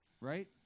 right